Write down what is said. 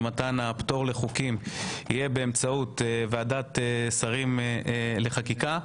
שמתן הפטור לחוקים יהיה באמצעות ועדת שרים לחקיקה.